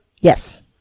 Yes